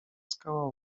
skała